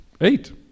Eight